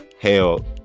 Hell